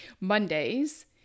Mondays